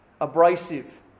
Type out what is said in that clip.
abrasive